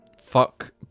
fuck